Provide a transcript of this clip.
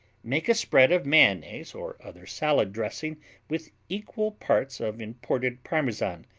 make a spread of mayonnaise or other salad dressing with equal parts of imported parmesan,